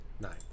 Nine